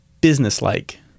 business-like